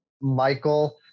Michael